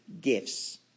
gifts